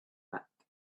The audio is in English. back